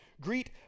greet